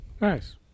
Nice